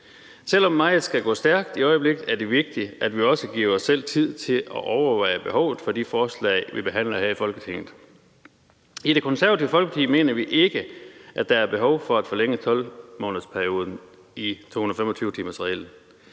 Selv om meget skal gå stærkt i øjeblikket, er det vigtigt, at vi også giver os selv tid til at overveje behovet for de forslag, vi behandler her i Folketinget. I Det Konservative Folkeparti mener vi ikke, at der er behov for at forlænge 12-månedersperioden i 225-timersreglen.